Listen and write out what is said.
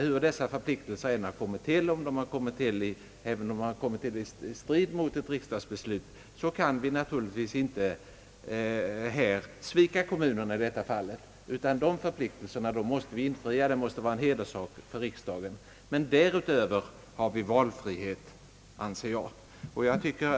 Hur dessa förpliktelser än har kommit till, även om de kommit till i strid mot ett riksdagsbeslut, kan vi inte komma ifrån dem. Vi kan inte svika kommunerna i detta fall, utan det måste vara en hederssak för riksdagen att alla förpliktelser infrias. Men därutöver anser jag att vi har valfrihet.